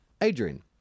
Adrian